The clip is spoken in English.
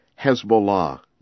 Hezbollah